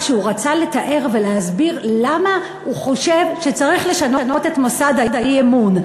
כשהוא רצה לתאר ולהסביר למה הוא חושב שצריך לשנות את מוסד האי-אמון,